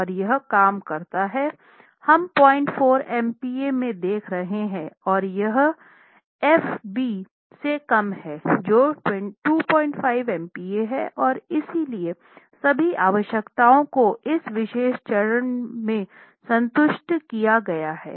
और यह काम करता है हम 04 MPa में देख रहे हैं और यह fb से कम है जो 25 MPa है और इसलिए सभी आवश्यकताओं को इस विशेष चरण में संतुष्ट किया गया है